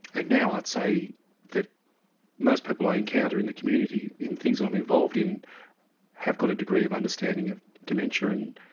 ah now i'd say that most people i encounter in the community in things i'm involved in have got a degree of understanding of dementia and